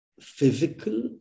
physical